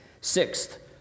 Sixth